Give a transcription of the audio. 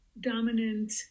dominant